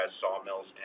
sawmills